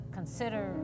Consider